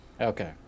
Okay